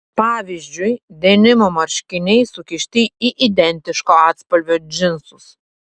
pavyzdžiui denimo marškiniai sukišti į identiško atspalvio džinsus